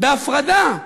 בהפרדה,